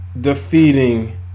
defeating